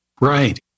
Right